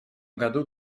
году